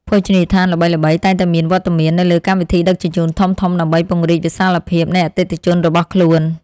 ភោជនីយដ្ឋានល្បីៗតែងតែមានវត្តមាននៅលើកម្មវិធីដឹកជញ្ជូនធំៗដើម្បីពង្រីកវិសាលភាពនៃអតិថិជនរបស់ខ្លួន។